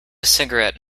cigarette